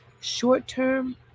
short-term